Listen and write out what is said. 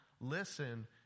listen